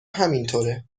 همینطوره